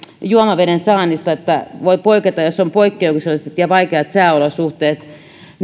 juomaveden saannista että voi poiketa jos on poikkeukselliset ja vaikeat sääolosuhteet